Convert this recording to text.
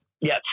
Yes